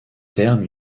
termes